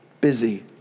busy